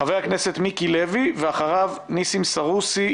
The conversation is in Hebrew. חבר הכנסת מיקי לוי ואחריו ניסים סרוסי,